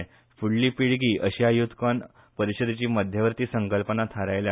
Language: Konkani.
फूडली पिळगी अशी ह्या युथकॉन परीषदेची मध्यवर्ती संकल्पना थारायल्या